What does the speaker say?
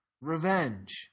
Revenge